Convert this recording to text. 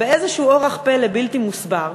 באיזשהו אורח פלא בלתי מוסבר,